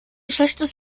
schlechtes